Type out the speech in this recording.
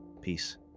Peace